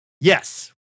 Yes